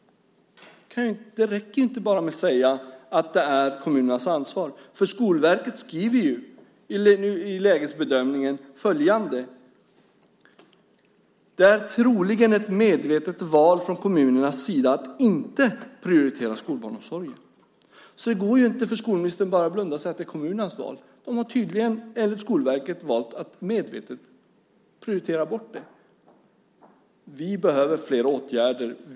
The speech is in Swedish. Det räcker inte med att säga att det här är kommunernas ansvar. Skolverket skriver ju i lägesbedömningen att det troligen är ett medvetet val från kommunernas sida att inte prioritera skolbarnomsorgen. Det går alltså inte, skolministern, att bara blunda och säga att det är kommunernas val. De har tydligen, enligt Skolverket, valt att prioritera bort detta. Vi behöver fler åtgärder.